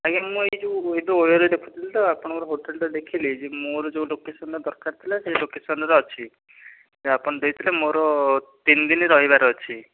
ଆଜ୍ଞା ମୁଁ ଏ ଯୋଉ ଓୟୋରେ ଦେଖୁଥିଲି ତ ଆପଣଙ୍କ ହୋଟେଲଟା ଦେଖିଲି ଯେ ମୋ'ର ଯେଉଁ ଲୋକେସନ୍ରେ ଦରକାର ଥିଲା ସେ ଲୋକେସନ୍ରେ ଅଛି ଆପଣ ଦେଇଥିଲେ ମୋ'ର ତିନିଦିନ ରହିବାର ଅଛି